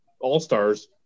all-stars